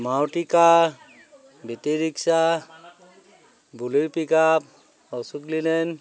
মাউটি car battery rickshaw Bolero pickup Ashok Leyland